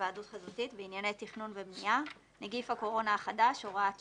בהיוועדות חזותית בענייני תכנון ובנייה (נגיף הקורונה החדש הוראת שעה),